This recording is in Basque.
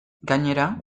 gainera